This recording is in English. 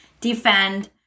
defend